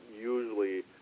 usually